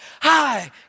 high